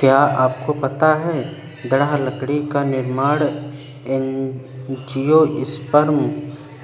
क्या आपको पता है दृढ़ लकड़ी का निर्माण एंजियोस्पर्म